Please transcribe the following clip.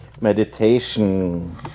meditation